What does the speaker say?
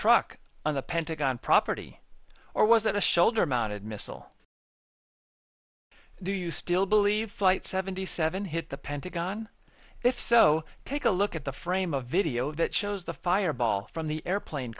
truck on the pentagon property or was it a shoulder mounted missile do you still believe flight seventy seven hit the pentagon if so take a look at the frame a video that shows the fireball from the airplane